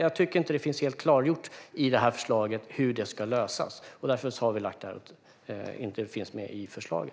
Jag tycker inte att det är helt klargjort i detta förslag hur det ska lösas. Därför finns det inte med i förslaget.